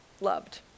loved